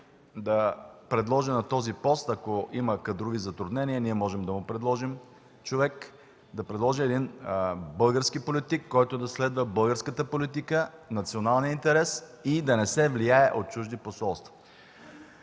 да предложи на този пост – ако има кадрови затруднения, ние можем да му предложим човек, един български политик, който да следва българската политика, националния интерес и да не се влияе от чужди посолства.